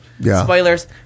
spoilers